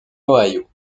ohio